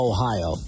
Ohio